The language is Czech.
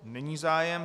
Není zájem.